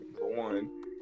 one